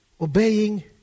obeying